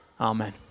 Amen